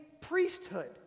priesthood